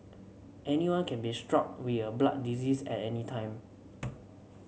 anyone can be struck with a blood disease at any time